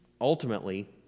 ultimately